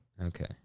Okay